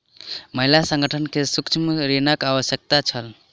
महिला संगठन के सूक्ष्म ऋणक आवश्यकता छल